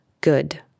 good